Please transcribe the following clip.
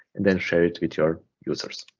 and then share it with your users.